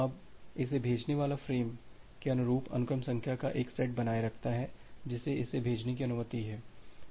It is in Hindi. अब इसे भेजने वाला फ़्रेम के अनुरूप अनुक्रम संख्या का एक सेट बनाए रखता है जिसे इसे भेजने की अनुमति है